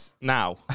now